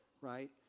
right